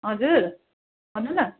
हजुर भन्नु न